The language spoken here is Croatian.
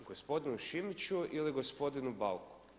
Gospodinu Šimiću ili gospodinu Bauku?